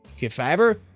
kefaver?